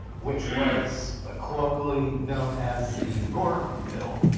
which was colloquially known as the gore bill.